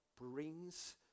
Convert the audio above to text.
brings